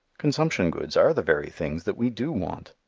consumption goods are the very things that we do want.